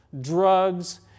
drugs